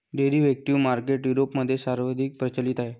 derivative market युरोपमध्ये सर्वाधिक प्रचलित आहे